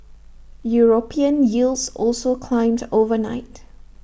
european yields also climbed overnight